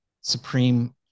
supreme